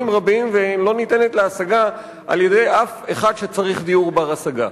רבים ולא ניתנת להשגה על-ידי אף אחד שצריך דיור בר-השגה.